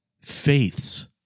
faiths